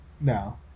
No